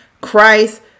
Christ